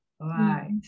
right